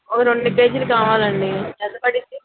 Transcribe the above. ఓ రెండు కేజీలు కావాలండి ఎంత పడుతుంది